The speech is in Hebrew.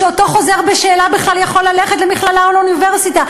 שאותו חוזר בשאלה בכלל יכול ללכת למכללה או לאוניברסיטה.